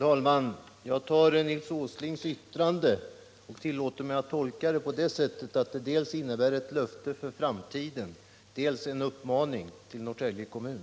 Herr talman! Jag tillåter mig att. tolka Nils Åslings yttrande så att det dels innebär ett löfte för framtiden, dels är en uppmaning till Norrtälje kommun.